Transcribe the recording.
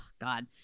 God